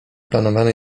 planowany